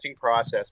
process